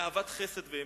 לאהבת חסד ואמת.